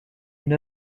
une